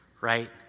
right